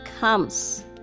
comes